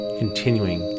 continuing